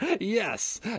Yes